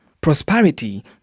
Prosperity